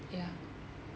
ya